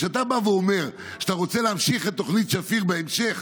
כשאתה בא ואומר שאתה רוצה להמשיך את תוכנית שפיר בהמשך,